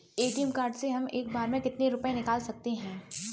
ATM card से हम एक बार में कितना रुपया निकाल सकते हैं?